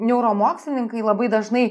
neuromokslininkai labai dažnai